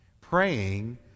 praying